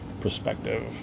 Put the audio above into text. perspective